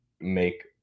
make